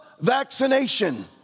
vaccination